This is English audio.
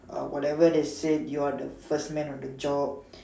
ah whatever they said you are the first man on the job